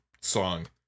song